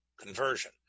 conversion